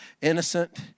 innocent